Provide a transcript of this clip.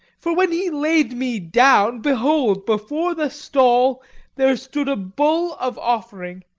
for when he laid me down, behold, before the stall there stood a bull of offering.